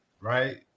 right